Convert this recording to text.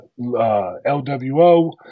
LWO